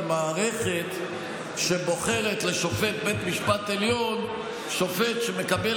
מערכת שבוחרת לשופט בית משפט העליון שופט שמקבל